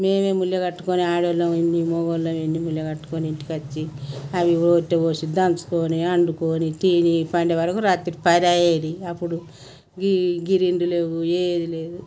మేమే ముళ్ళు కట్టుకొని ఆడోళ్ళమైండి మొగోళ్ళు అయిండి ముల్లు కట్టుకొని ఇంటికి వచ్చి అవి రోట్ పోసి దంచుకొని అండుకొని తిని పండే వరకు రాత్రి పది అయ్యేది అప్పుడు గి గిరెండర్ లేవు ఏదీ లేదు